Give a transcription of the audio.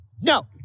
no